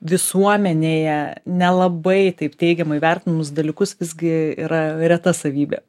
visuomenėje nelabai taip teigiamai vertinamus dalykus visgi yra reta savybė